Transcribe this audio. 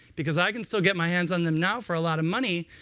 because i can still get my hands on them now for a lot of money,